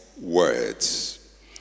words